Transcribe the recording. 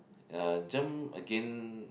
ya germ again